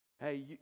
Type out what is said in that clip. Hey